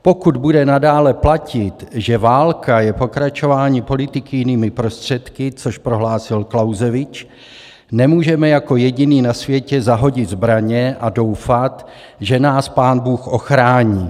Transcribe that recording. Pokud bude nadále platit, že válka je pokračováním politiky jinými prostředky, což prohlásil Clausewitz, nemůžeme jako jediní na světě zahodit zbraně a doufat, že nás pánbůh ochrání.